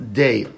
day